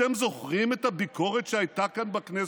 אתם זוכרים את הביקורת שהייתה כאן בכנסת,